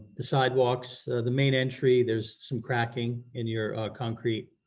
the sidewalks, the main entry, there's some cracking in your concrete.